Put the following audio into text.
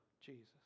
Jesus